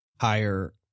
higher